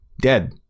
dead